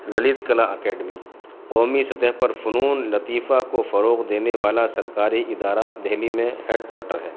للت کلا اکیڈمی قومی سطح پر فنون لطیفہ کو فروغ دینے والا سرکاری ادارہ دہلی میں ہیڈ کوارٹر ہے